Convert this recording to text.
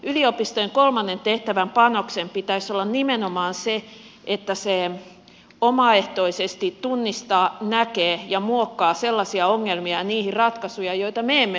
yliopistojen kolmannen tehtävän panoksen pitäisi olla nimenomaan se että se omaehtoisesti tunnistaa näkee ja muokkaa sellaisia ongelmia ja niiden ratkaisuja joita me emme vielä näe